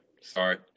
Sorry